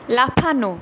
লাফানো